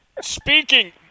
Speaking